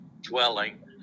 dwelling